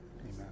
amen